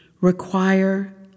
require